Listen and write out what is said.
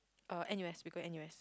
uh N_U_S we go N_U_S